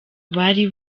bari